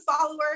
follower